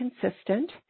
consistent